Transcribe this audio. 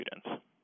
students